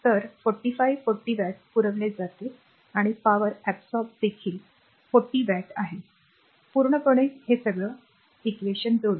तर 45 40 वॅट पुरवले जाते आणि पावर absorb देखील 40 वॅट आहे पूर्णपणे जुळते